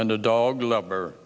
and a dog lover